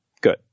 Good